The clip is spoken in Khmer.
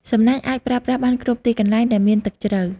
សំណាញ់អាចប្រើប្រាស់បានគ្រប់ទីកន្លែងដែលមានទឹកជ្រៅ។